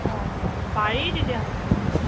অঁ পাৰি তেতিয়াহ'লে যাবলৈ